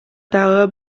дагы